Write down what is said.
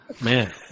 Man